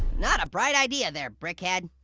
not a bright idea there, brickhead.